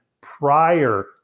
prior